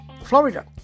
Florida